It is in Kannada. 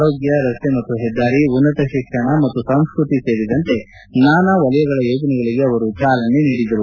ಆರೋಗ್ಟ ರಸ್ತೆ ಮತ್ತು ಹೆದ್ದಾರಿ ಉನ್ನತ ಶಿಕ್ಷಣ ಮತ್ನು ಸಂಸ್ಕತಿ ಸೇರಿದಂತೆ ನಾನಾ ವಲಯಗಳ ಯೋಜನೆಗಳಿಗೆ ಅವರು ಚಾಲನೆ ನೀಡಿದರು